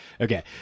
Okay